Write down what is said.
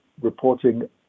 reporting